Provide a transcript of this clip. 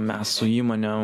mes su įmone